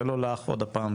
זה לא לך עוד הפעם,